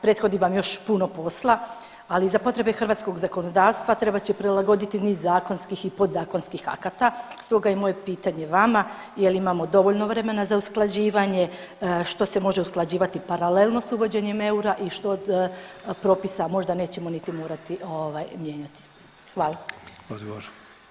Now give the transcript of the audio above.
Prethodi vam još puno posla, ali za potrebe hrvatskog zakonodavstva trebat će prilagoditi niz zakonskih i podzakonskih akata stoga je moje pitanje vama jel imamo dovoljno vremena za usklađivanje, što se može usklađivati paralelno s uvođenjem eura i što od propisa možda nećemo niti morati ovaj mijenjati.